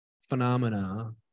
phenomena